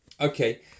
Okay